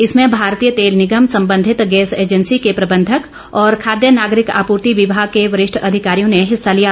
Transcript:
इसमें भारतीय तेल निगम संबंधित गैस ऐजेंसी के प्रबंधक और खाद्य नागरिक आपूर्ति विभाग के वरिष्ठ अधिकारियों ने हिस्सा लिया